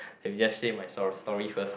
and we just say my sto~ story first